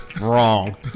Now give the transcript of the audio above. wrong